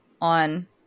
on